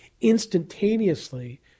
instantaneously